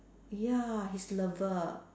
ya his lover